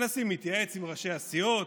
הנשיא מתייעץ עם ראשי הסיעות,